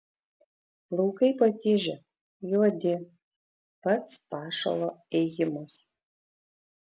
laukai patižę juodi pats pašalo ėjimas